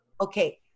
Okay